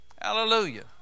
Hallelujah